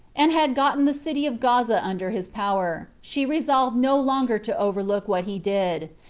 and had gotten the city of gaza under his power, she resolved no longer to overlook what he did,